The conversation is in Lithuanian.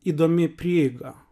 įdomi prieiga